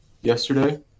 yesterday